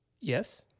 Yes